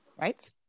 right